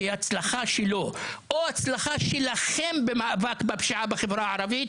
כי הצלחה שלו או הצלחה שלכם במאבק בפשיעה בחברה הערבית